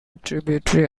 tributary